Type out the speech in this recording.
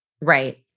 Right